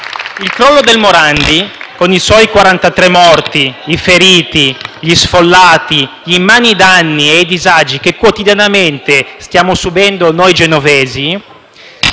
Il crollo del Morandi, con i suoi 43 morti, i feriti, gli sfollati, gli immani danni e disagi che quotidianamente stiamo subendo noi genovesi,